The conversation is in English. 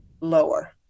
lower